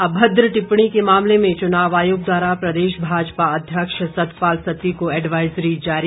अभद्र टिप्पणी के मामले में चुनाव आयोग द्वारा प्रदेश भाजपा अध्यक्ष सतपाल सत्ती को एडवाइजरी जारी